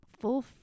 full